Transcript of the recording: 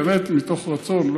באמת מתוך רצון,